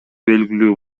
белгилүү